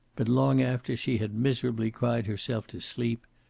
but long after she had miserably cried herself to sleep,